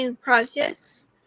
projects